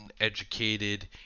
educated